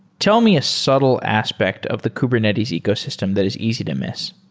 tell me a subtle aspect of the kubernetes ecosystem that is easy to miss.